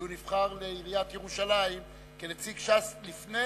כי הוא נבחר לעיריית ירושלים כנציג ש"ס לפני